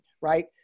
Right